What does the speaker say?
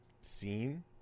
scene